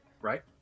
Right